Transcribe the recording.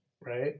right